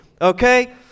Okay